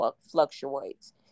fluctuates